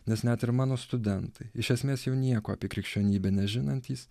nes net ir mano studentai iš esmės jau nieko apie krikščionybę nežinantys